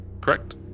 correct